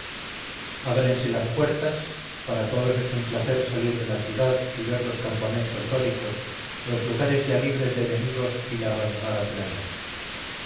ábrense las puertas para todos es un placer salir de la ciudad y ver los campamentos dóricos los lugares ya libres de enemigos y la abandonada playa